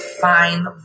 Fine